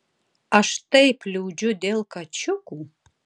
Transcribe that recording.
aš taip liūdžiu dėl kačiukų